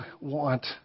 want